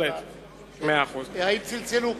האם צלצלו כבר?